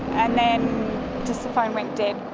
and then just the phone went dead.